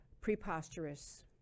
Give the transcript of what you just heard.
preposterous